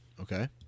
Okay